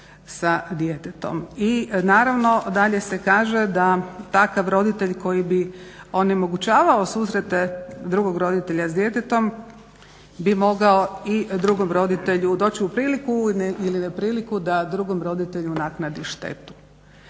i naravno dalje se kaže da takav roditelji koji bi onemogućavao susrete drugog roditelja s djetetom bi mogao bi i drugom roditelju doći u priliku ili nepriliku da drugom roditelju naknadi štetu.